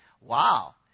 wow